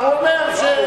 הוא אומר שהוא יודע.